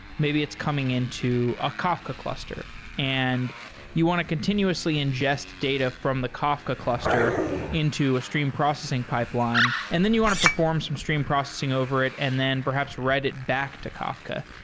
maybe it's coming into a kafka cluster and you want to continuously ingest data from the kafka cluster into a stream processing pipeline and then you want to perform some stream processing over it and then perhaps write it back to kafka.